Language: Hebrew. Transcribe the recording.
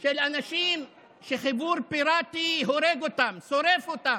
של אנשים שחיבור פיראטי הורג אותם, שורף אותם.